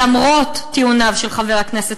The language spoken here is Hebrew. למרות טיעוניו של חבר הכנסת